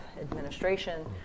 administration